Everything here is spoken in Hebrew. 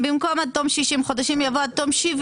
במקום "שתוכנית הבנייה" יבוא "...".